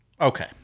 Okay